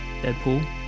Deadpool